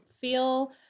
feel